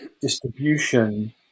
distribution